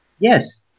Yes